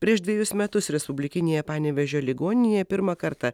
prieš dvejus metus respublikinėje panevėžio ligoninėje pirmą kartą